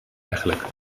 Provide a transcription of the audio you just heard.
eigenlijk